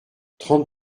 trente